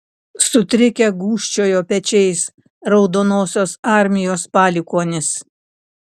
sutrikę gūžčiojo pečiais raudonosios armijos palikuonys